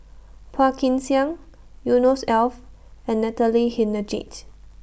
Phua Kin Siang Yusnor's Ef and Natalie Hennedige